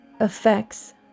effects